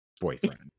boyfriend